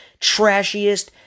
trashiest